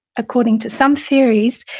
according to some theories,